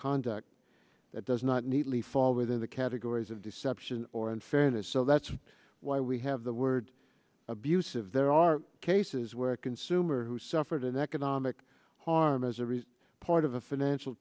conduct that does not need lea fall within the categories of deception or unfairness so that's why we have the word abusive there are cases where a consumer who suffered an economic harm as a result part of a financial